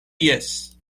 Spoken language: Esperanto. jes